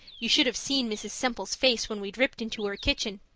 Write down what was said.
you should have seen mrs. semple's face when we dripped into her kitchen.